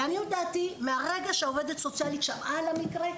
לעניות דעתי מהרגע שעובדת סוציאלית שמעה על המקרה,